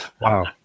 Wow